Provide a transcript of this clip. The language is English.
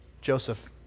Joseph